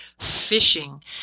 Fishing